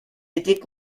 étaient